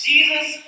Jesus